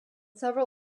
several